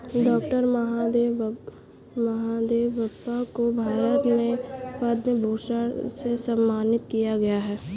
doctor Mahadevappa को भारत में पद्म भूषण से सम्मानित किया गया है